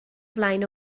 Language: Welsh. flaen